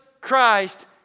Christ